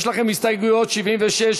יש לכם הסתייגויות 76,